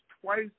twice